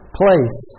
place